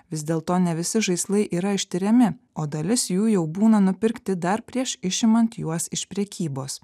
vis dėlto ne visi žaislai yra ištiriami o dalis jų jau būna nupirkti dar prieš išimant juos iš prekybos